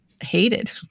hated